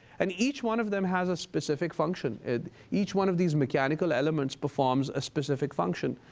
and each one of them has a specific function. and each one of these mechanical elements performs a specific function.